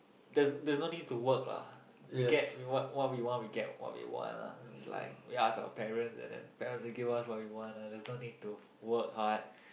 there's there's no need to work lah we get wh~ what we want we get what we want [ah[ it's like we ask our parents and then parents they give us what we want ah there's no need to work hard